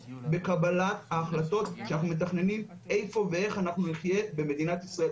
בקבלת ההחלטות כשאנחנו מתכננים איפה ואיך אנחנו נחיה במדינת ישראל.